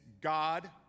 God